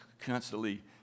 constantly